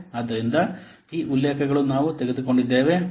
ಆದ್ದರಿಂದ ಈ ಉಲ್ಲೇಖಗಳು ನಾವು ತೆಗೆದುಕೊಂಡಿದ್ದೇವೆ ಮತ್ತು